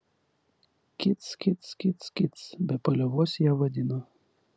kic kic kic kic be paliovos ją vadino